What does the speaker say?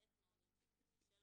למעט מעון יום שיקומי,